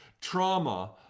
trauma